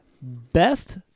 Best